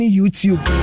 YouTube